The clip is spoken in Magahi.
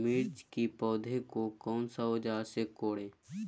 मिर्च की पौधे को कौन सा औजार से कोरे?